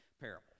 parable